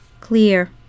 clear